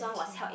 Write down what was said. N_T_U